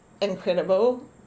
incredible